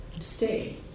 stay